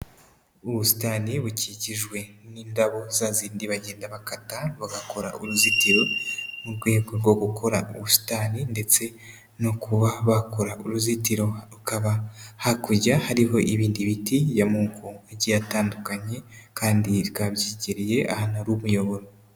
Ubusitani bukikijwe n'indabo za zindi bagenda bakata, bagakora uruzitiro mu rwego rwo gukora ubusitani ndetse no kuba bakora uruzitiro. Rukaba hakurya hariho ibindi biti by'amoko agiye atandukanye, kandi bikaba byegereye ahantu hari umuyoboro.